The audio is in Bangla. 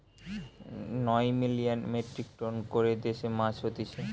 নয় মিলিয়ান মেট্রিক টন করে দেশে মাছ হতিছে